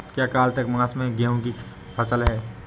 क्या कार्तिक मास में गेहु की फ़सल है?